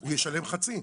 הוא ישלם חצי.